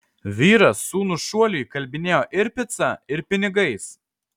vyras sūnų šuoliui įkalbinėjo ir pica ir pinigais